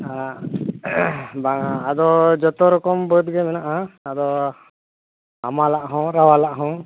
ᱦᱮᱸ ᱵᱟᱝᱟ ᱟᱫᱚ ᱡᱷᱚᱛᱚ ᱨᱚᱠᱚᱢ ᱵᱟᱹᱫᱽᱜᱮ ᱢᱮᱱᱟᱜᱼᱟ ᱟᱫᱚ ᱦᱟᱢᱟᱞᱟᱜ ᱦᱚᱸ ᱨᱟᱣᱟᱞᱟᱜ ᱦᱚᱸ